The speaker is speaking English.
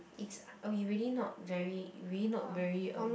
it's oh you really not very you really not very um